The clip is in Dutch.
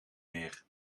meer